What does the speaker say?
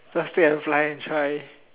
just take and fly and try